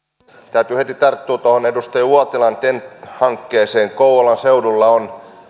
täytyy heti tarttua tuohon edustaja uotilan ten t hankkeeseen kouvolan seudulla on